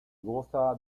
goza